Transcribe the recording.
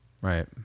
Right